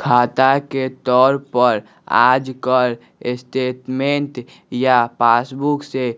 खाता के तौर पर आजकल स्टेटमेन्ट या पासबुक से